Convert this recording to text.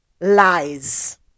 Lies